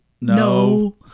No